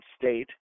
State